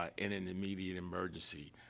ah in an immediate emergency?